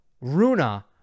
Runa